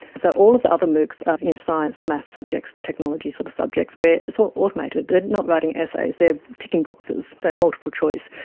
so all of the other moocs are in science, maths subjects, technology sort of subjects where it's all automated. they're not writing essays, they are ticking boxes, so multiple choice.